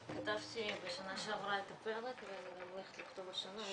השתתפתי בשנה שעברה את הפרק ואני גם הולכת לכתוב השנה.